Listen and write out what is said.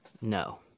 No